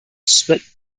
split